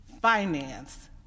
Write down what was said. finance